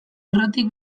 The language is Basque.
errotik